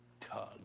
tug